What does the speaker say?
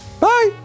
Bye